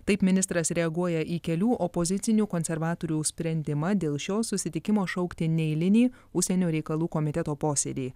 taip ministras reaguoja į kelių opozicinių konservatorių sprendimą dėl šio susitikimo šaukti neeilinį užsienio reikalų komiteto posėdį